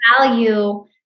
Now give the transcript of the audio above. Value